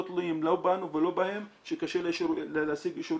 תלויים בנו ולא בהם שקשה להשיג אישורים,